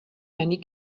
many